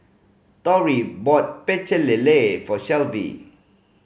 Torrie bought Pecel Lele for Shelvie